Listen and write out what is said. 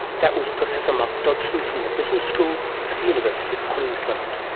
that was professor mark dodgson from the business school at the university of queensland.